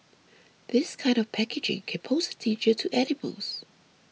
this kind of packaging can pose a danger to animals